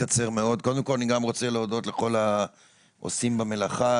קודם כל אני גם רוצה להודות לכל העושים במלאכה,